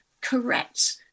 correct